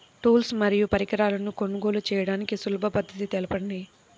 Tools మరియు పరికరాలను కొనుగోలు చేయడానికి సులభ పద్దతి తెలపండి?